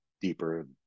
deeper